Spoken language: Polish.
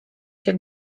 się